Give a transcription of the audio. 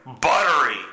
buttery